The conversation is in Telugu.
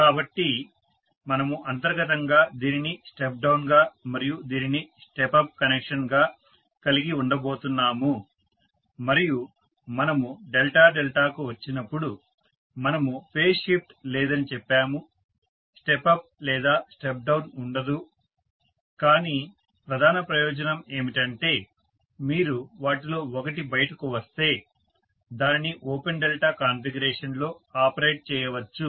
కాబట్టి మనము అంతర్గతంగా దీనిని స్టెప్ డౌన్ గా మరియు దీనిని స్టెప్ అప్ కనెక్షన్ గా కలిగి ఉండబోతున్నాము మరియు మనము డెల్టా డెల్టాకు వచ్చినప్పుడు మనము ఫేజ్ షిఫ్ట్ లేదని చెప్పాము స్టెప్ అప్ లేదా స్టెప్ డౌన్ ఉండదు కానీ ప్రధాన ప్రయోజనం ఏమిటంటే మీరు వాటిలో ఒకటి బయటకు వస్తే దానిని ఓపెన్ డెల్టా కాన్ఫిగరేషన్లో ఆపరేట్ చేయవచ్చు